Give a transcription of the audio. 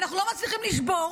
ואנחנו לא מצליחים לשבור